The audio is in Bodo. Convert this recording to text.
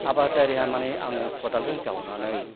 आबादारिया माने आङो खदालजों जावनानै